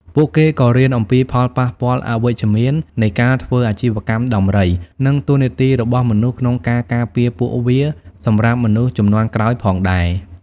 ពួកគេក៏រៀនអំពី ផលប៉ះពាល់អវិជ្ជមាននៃការធ្វើអាជីវកម្មដំរី និង តួនាទីរបស់មនុស្សក្នុងការការពារពួកវា សម្រាប់មនុស្សជំនាន់ក្រោយផងដែរ។